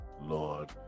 lord